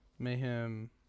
Mayhem